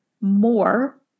more